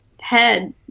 head